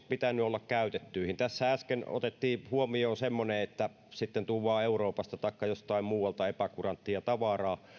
pitänyt olla käytettyihin tässä äsken otettiin huomioon semmoinen että sitten tuodaan euroopasta taikka jostain muualta epäkuranttia tavaraa